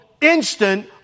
instant